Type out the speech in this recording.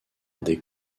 des